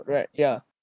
right yeah